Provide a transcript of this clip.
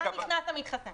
כאן נכנס המתחסן.